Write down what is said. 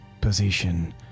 position